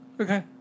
Okay